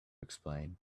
explain